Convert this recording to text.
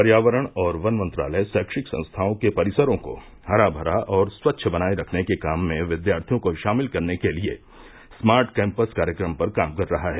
पर्यावरण और वन मंत्रालय शैक्षिक संस्थाओं के परिसरों को हरा भरा और स्वच्छ बनाए रखने के काम में विद्यार्थियों को शामिल करने के लिए स्मार्ट कैम्पस कार्यक्रम पर काम कर रहा है